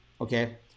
Okay